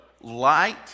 light